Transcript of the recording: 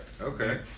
okay